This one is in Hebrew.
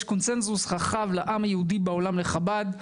יש קונצנזוס רחב לעם היהודי בעולם לחב"ד,